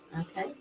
Okay